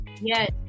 Yes